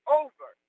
over